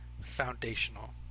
foundational